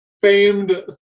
Famed